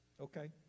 Okay